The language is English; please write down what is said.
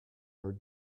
her